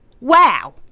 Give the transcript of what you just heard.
wow